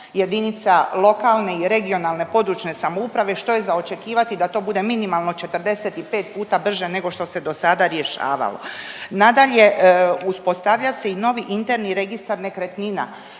jedinica lokalne i regionalne, područne samouprave što je za očekivati da to bude minimalno 45 puta brže nego što se do sada rješavalo. Nadalje, uspostavlja se i novi interni registar nekretnina,